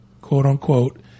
quote-unquote